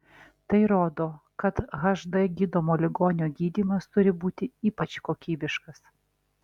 tai rodo kad hd gydomo ligonio gydymas turi būti ypač kokybiškas